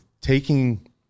taking